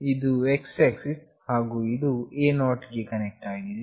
ಇದು x axis ಹಾಗು ಇದು A0 ಗೆ ಕನೆಕ್ಟ್ ಆಗಿದೆ